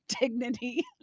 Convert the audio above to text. dignity